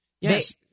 Yes